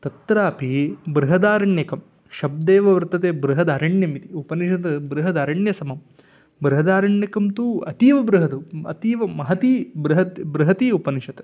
तत्रापि बृहदारण्यकं शब्दम् एव वर्तते बृहदारण्यकम् इति उपनिषत् बृहदारण्यकम् उपनिषत् बृहदरण्यसमम् बृहदारण्यकं तु अतीव बृहद् अतीव महती बृहत् बृहती उपनिषत्